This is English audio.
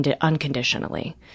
unconditionally